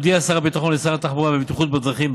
הודיע שר הביטחון לשר התחבורה והבטיחות בדרכים,